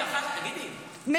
תגידי, אני?